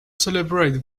celebrate